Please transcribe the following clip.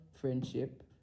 friendship